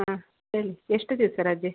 ಹಾಂ ಹೇಳಿ ಎಷ್ಟು ದಿವಸ ರಜೆ